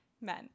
men